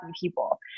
people